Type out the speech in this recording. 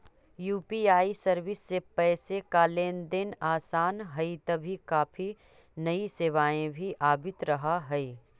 UPI service से पैसे का लेन देन आसान हई तभी काफी नई सेवाएं भी आवित रहा हई